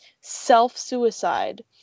self-suicide